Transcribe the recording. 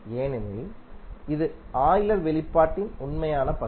ஏனெனில் இது ஆய்லர் வெளிப்பாட்டின் உண்மையான பகுதி